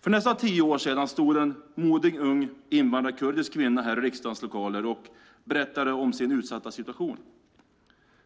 För nästan tio år sedan stod en modig ung invandrad kurdisk kvinna här i riksdagens lokaler och berättade om sin utsatta situation.